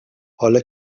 حالا